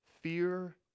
Fear